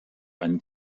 einen